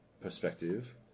perspective